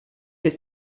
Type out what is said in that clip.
que